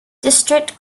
district